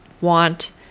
want